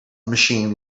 machine